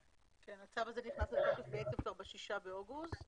הצו הזה נכנס לתוקף כבר ב-6 לאוגוסט,